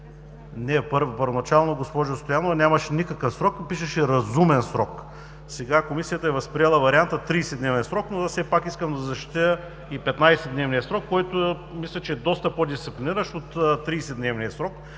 Не, първоначално, госпожо Стоянова, нямаше никакъв срок и пишеше „разумен срок“. Сега Комисията е възприела варианта „30-дневен срок“. Но все пак искам да защитя 15-дневния срок, който мисля, че е доста по-дисциплиниращ от 30-дневния и